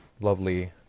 lovely